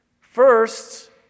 First